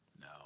No